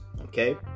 okay